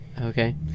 Okay